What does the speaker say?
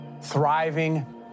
thriving